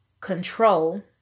control